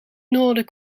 noorden